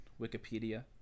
Wikipedia